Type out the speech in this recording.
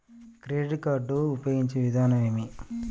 Credit card ఉపయోగించే విధానం ఏమి?